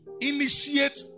initiate